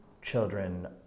children